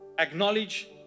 Acknowledge